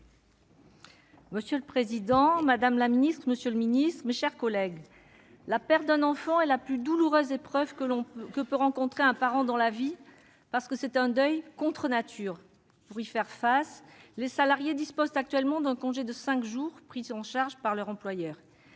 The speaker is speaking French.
Monsieur le président, madame la ministre, monsieur le secrétaire d'État, mes chers collègues, la perte d'un enfant est la plus douloureuse épreuve que peut rencontrer un parent dans la vie, parce que c'est un deuil contre nature. Pour y faire face, les salariés disposent actuellement d'un congé de cinq jours, pris en charge par leur employeur.